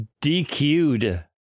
DQ'd